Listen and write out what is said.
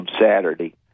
Saturday